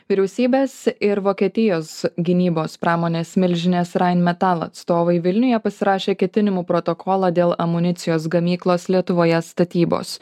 vyriausybės ir vokietijos gynybos pramonės milžinės rain metal atstovai vilniuje pasirašė ketinimų protokolą dėl amunicijos gamyklos lietuvoje statybos